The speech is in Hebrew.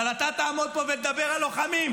אבל אתה תעמוד פה ותדבר על לוחמים.